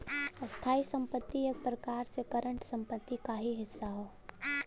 स्थायी संपत्ति एक प्रकार से करंट संपत्ति क ही हिस्सा हौ